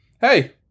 hey